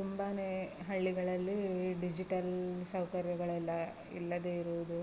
ತುಂಬಾ ಹಳ್ಳಿಗಳಲ್ಲಿ ಡಿಜಿಟಲ್ ಸೌಕರ್ಯಗಳೆಲ್ಲಾ ಇಲ್ಲದೇ ಇರುವುದು